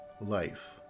Life